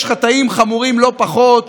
יש חטאים חמורים לא פחות,